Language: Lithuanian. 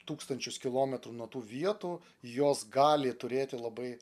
tūkstančius kilometrų nuo tų vietų jos gali turėti labai